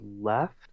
left